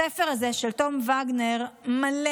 הספר הזה של תום וגנר מלא,